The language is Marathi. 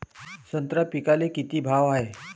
संत्रा पिकाले किती भाव हाये?